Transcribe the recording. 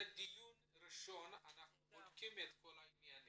זה דיון ראשון, אנחנו בודקים את כל העניינים.